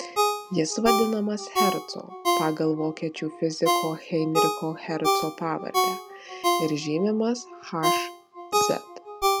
jis vadinamas hercu pagal vokiečių fiziko heinricho herco pavardę ir žymimas hz